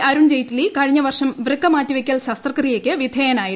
അരുൺ ജെയ്റ്റ്ലി കഴിഞ്ഞവർഷം വൃക്ക മാറ്റിവെയ്ക്കൽ ശസ്ത്രക്രിയയ്ക്ക് വിധേയനായിരുന്നു